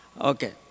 okay